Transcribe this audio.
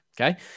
Okay